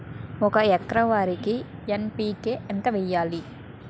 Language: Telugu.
ఒక ఎకర వరికి ఎన్.పి.కే ఎంత వేయాలి?